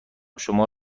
شما